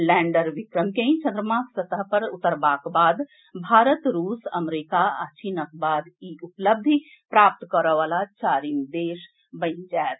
lander Vikram के चन्द्रमाक सतह पर उतरबाक बाद भारत रूस अमरीका आ चीनक बाद इ उपलब्धि प्राप्त करए वला चारिम देश बनि जाएत